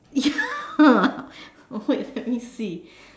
ya wait let me see